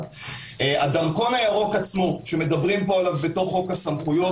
הדרכון הירוק עצמו שמדברים בו בחוק הסמכויות,